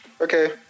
okay